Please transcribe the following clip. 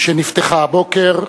שנפתחה הבוקר.